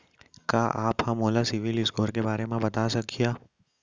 का आप हा मोला सिविल स्कोर के बारे मा बता सकिहा?